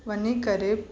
वञी करे